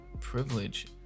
privilege